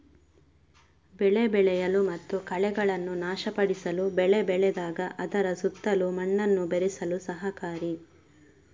ಬೆಳೆ ಬೆಳೆಯಲು ಮತ್ತು ಕಳೆಗಳನ್ನು ನಾಶಪಡಿಸಲು ಬೆಳೆ ಬೆಳೆದಾಗ ಅದರ ಸುತ್ತಲೂ ಮಣ್ಣನ್ನು ಬೆರೆಸಲು ಸಹಕಾರಿ